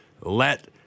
Let